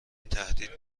تهدید